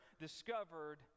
discovered